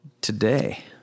today